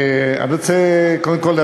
רציתי לדבר אחריך ולא נתנו לי את הזכות הזאת.